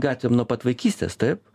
gatvėm nuo pat vaikystės taip